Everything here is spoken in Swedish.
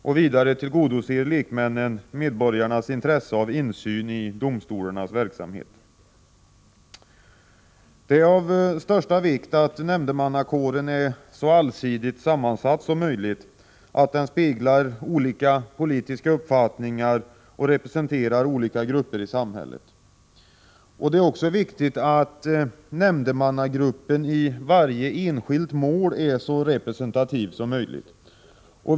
Vidare tillgodoser lekmännen medborgarnas intresse av insyn i domstolarnas verksamhet. Det är av största vikt att nämndemannakåren är så allsidigt sammansatt som möjligt, speglar olika politiska uppfattningar och representerar olika grupper i samhället. Det är också viktigt att nämndemannagruppen i varje enskilt mål är så representativ som möjligt.